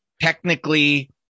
technically